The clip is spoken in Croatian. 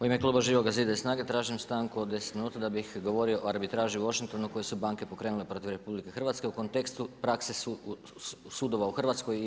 U ime Kluba Živoga zida i SNAG-e, tražim stanku od 10 minuta da bih govorio o arbitraži u Washingtonu koji su banke pokrenule protiv RH, u kontekstu prakse sudova u Hrvatskoj i EU.